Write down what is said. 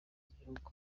igihugu